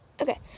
Okay